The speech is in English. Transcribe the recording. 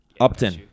Upton